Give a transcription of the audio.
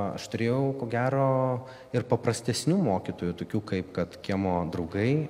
aš turėjau ko gero ir paprastesnių mokytojų tokių kaip kad kiemo draugai